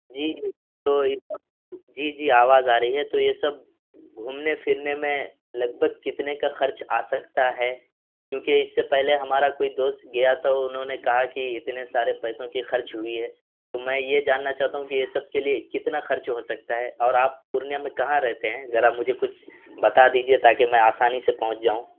جی تو جی جی آواز آ رہی ہے تو یہ سب گھومنے پھرنے میں لگ بھگ کتنے کا خرچ آ سکتا ہے کیوںکہ اس سے پہلے ہمارا کوئی دوست گیا تھا انہوں نے کہا کہ اتنے سارے پیسوں کی خرچ ہوئی ہے تو میں یہ جاننا چاہتا ہوں کہ یہ سب کے لیے کتنا خرچ ہو سکتا ہے اور آپ پورنیہ میں کہاں رہتے ہیں ذرا مجھے کچھ بتا دیجیے تاکہ میں آسانی سے پہنچ جاؤں